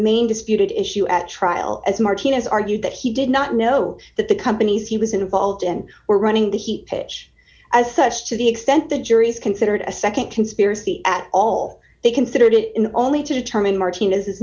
main disputed issue at trial as martinez argued that he did not know that the companies he was involved in were running the heat page as such to the extent the jury's considered a nd conspiracy at all they considered it in only to determine martinez